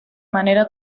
manera